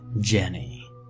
Jenny